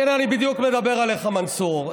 הינה, אני בדיוק אני מדבר עליך, מנסור.